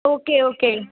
okay okay